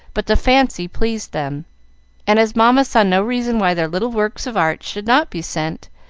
but the fancy pleased them and as mamma saw no reason why their little works of art should not be sent,